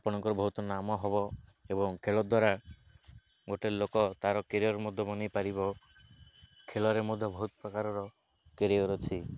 ଆପଣଙ୍କର ବହୁତ ନାମ ହବ ଏବଂ ଖେଳ ଦ୍ୱାରା ଗୋଟେ ଲୋକ ତାର କ୍ୟାରିୟର୍ ମଧ୍ୟ ବନେଇପାରିବ ଖେଳରେ ମଧ୍ୟ ବହୁତ ପ୍ରକାରର କ୍ୟାରିୟର୍ ଅଛି